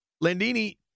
Landini